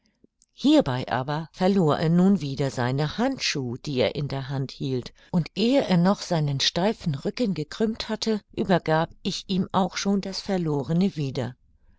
hierbei aber verlor er nun wieder seine handschuh die er in der hand hielt und ehe er noch seinen steifen rücken gekrümmt hatte übergab ich ihm auch schon das verlorene wieder